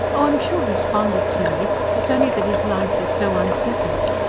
oh, i'm sure he's fond of tilly. it's only that his life is so unsettled.